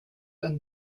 and